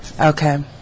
Okay